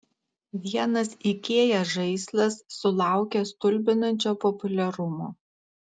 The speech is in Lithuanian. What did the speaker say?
vienas ikea žaislas sulaukė stulbinančio populiarumo